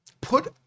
put